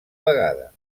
vegada